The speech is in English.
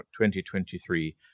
2023